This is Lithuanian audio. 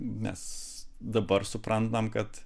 mes dabar suprantam kad